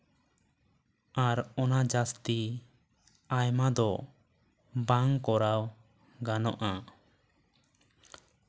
ᱟᱨ ᱚᱱᱟ ᱡᱟ ᱥᱛᱤ ᱟᱭᱢᱟ ᱫᱚ ᱵᱟᱝ ᱠᱚᱨᱟᱣ ᱜᱟᱱᱚᱜᱼᱟ